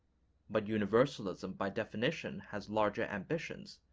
but universalism by definition has larger ambitions,